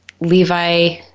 Levi